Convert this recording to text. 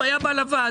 הוא היה בא לוועדה.